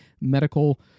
medical